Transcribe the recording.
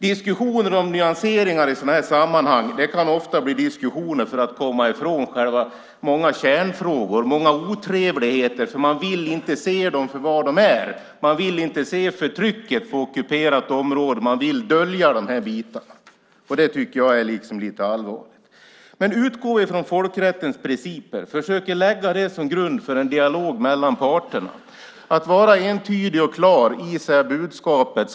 Diskussionen om nyanseringar i sådana här sammanhang kan ofta bli diskussioner för att komma ifrån många kärnfrågor, många otrevligheter som man inte vill se för vad de är. Man vill inte se förtrycket på ockuperat område. Man vill dölja de här bitarna. Det tycker jag är allvarligt. Man ska utgå från folkrättens principer, försöka lägga dem som grund för en dialog mellan parterna och vara entydig och klar i budskapet.